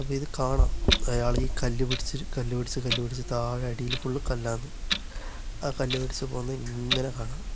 അപ്പോള് ഇത് കാണാം അയാള് ഈ കല്ല് പിടിച്ചിട്ട് കല്ല് പിടിച്ച് കല്ല് പിടിച്ച് താഴെ അടിയില് ഫുള് കല്ലാണ് ആ കല്ല് പിടിച്ച് പോകുന്നത് ഇങ്ങനെ കാണാം